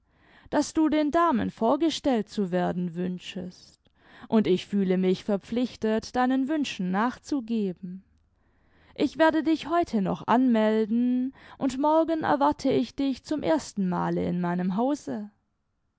daß du den damen vorgestellt zu werden wünschest und ich fühle mich verpflichtet deinen wünschen nachzugeben ich werde dich heute noch anmelden und morgen erwarte ich dich zum erstenmale in meinem hause